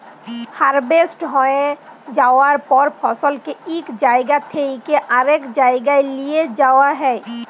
harvest হঁয়ে যাউয়ার পর ফসলকে ইক জাইগা থ্যাইকে আরেক জাইগায় লিঁয়ে যাউয়া হ্যয়